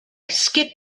skip